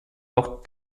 auch